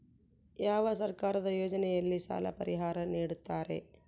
ಯಾವ ಸರ್ಕಾರದ ಯೋಜನೆಯಲ್ಲಿ ಸಾಲ ಪರಿಹಾರ ನೇಡುತ್ತಾರೆ?